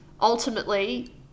ultimately